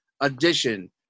edition